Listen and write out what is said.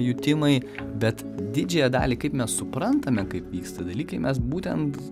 jutimai bet didžiąją dalį kaip mes suprantame kaip vyksta dalykai mes būtent